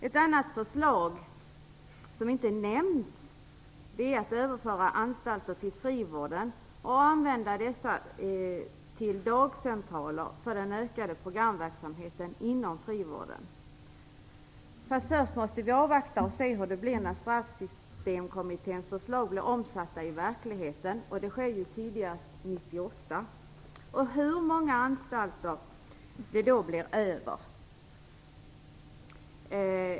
Ett annat förslag, som inte nämnts, är att överföra anstalter till frivården för att använda dessa till dagcentraler för den ökade programverksamheten inom frivården. Men först måste vi avvakta och se hur det blir när Straffsystemkommitténs förslag blir omsatta i verkligheten - det sker tidigast 1998 - och hur många anstalter som då blir över.